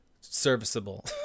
serviceable